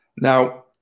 now